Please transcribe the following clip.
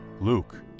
Luke